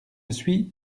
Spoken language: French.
suis